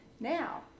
Now